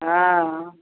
हँ